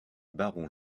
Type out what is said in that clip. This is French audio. baron